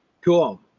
Cool